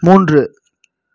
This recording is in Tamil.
மூன்று